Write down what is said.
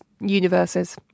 universes